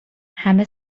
همه